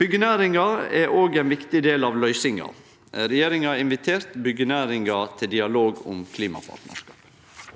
Byggenæringa er òg ein viktig del av løysinga. Regjeringa har invitert byggenæringa til dialog om klimapartnarskap.